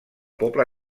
poble